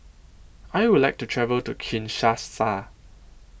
I Would like to travel to Kinshasa